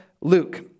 Luke